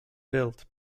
built